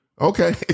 Okay